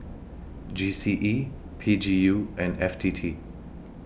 G C E P G U and F T T